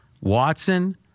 Watson